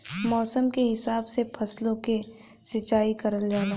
मौसम के हिसाब से फसलो क सिंचाई करल जाला